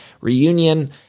reunion